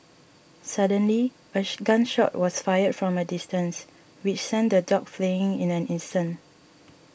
suddenly ash gun shot was fired from a distance which sent the dogs fleeing in an instant